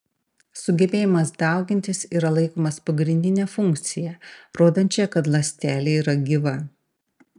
sugebėjimas daugintis yra laikomas pagrindine funkcija rodančia kad ląstelė yra gyva